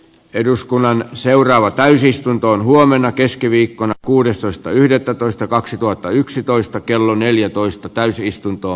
eduskunnan seuraava täysistuntoon huomenna keskiviikkona kuudestoista ja säädettyä laiksi mahdollisimman nopeasti